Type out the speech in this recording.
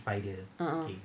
a'ah